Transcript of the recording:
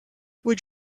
would